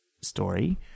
story